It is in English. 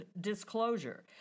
Disclosure